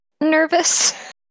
nervous